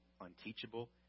unteachable